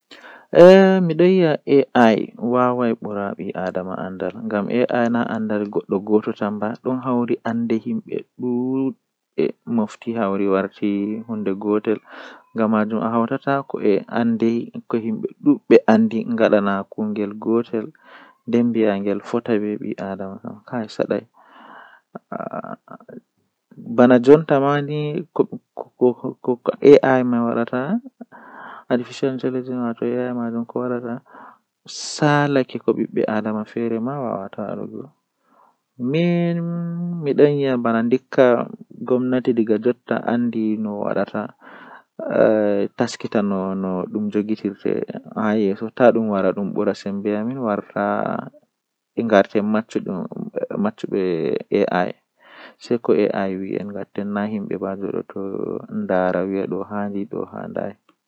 Taalel taalel jannata booyel, Woodi nyende feere himbe hefti kubliwol jei mabbititta hala dammugal jei kupli fuu, Be yahi be yecci lamdo wuro lamdo wee be waddina mo kubliwol man ashe woodi suudu feere suudu man don hebbini be ceede jawee moimoy lamdo man sei yahi mabbiti dammugal man nasti hoosi ceede jawe moimoy jei nder saare man fuu, Owari o sassahi himbe wuro man ohokkibe ceede, Omahini be ci'e kala mo wala kare fuu osonni dum kare ohokki be nyamdu kobe nyaama.